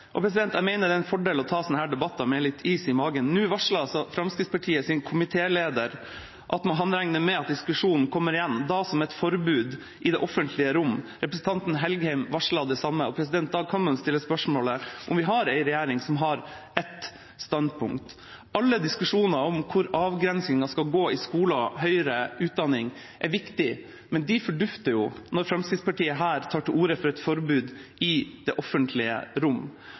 Jeg mener det er en fordel å ta slike debatter med litt is i magen. Nå varsler altså Fremskrittspartiets komitéleder at han regner med at diskusjonen kommer igjen, da om et forbud i det offentlige rom. Representanten Engen-Helgheim varslet det samme. Da kan man stille spørsmålet om vi har en regjering som har ett standpunkt. Alle diskusjoner om hvor avgrensninger skal gå i skoler og høyere utdanning, er viktige, men de fordufter jo når Fremskrittspartiet her tar til orde for et forbud i det offentlige rom.